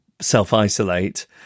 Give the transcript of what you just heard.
self-isolate